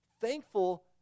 Thankful